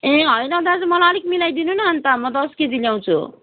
ए होइन दाजु मलाई अलिक मिलाइदिनु न अन्त म दस केजी ल्याउँछु